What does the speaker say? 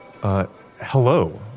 hello